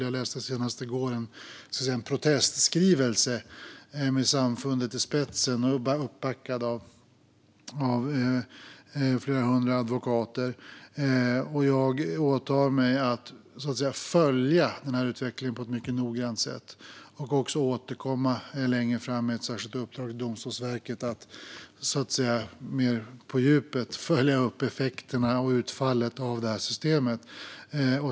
Jag läste senast i går en protestskrivelse med Advokatsamfundet i spetsen, uppbackad av flera hundra advokater. Jag åtar mig att följa utvecklingen på ett mycket noggrant sätt och att återkomma med ett särskilt uppdrag till Domstolsverket att mer på djupet följa upp effekterna och utfallet av detta system.